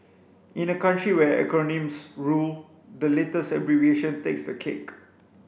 in a country where acronyms rule the latest abbreviation takes the cake